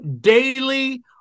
daily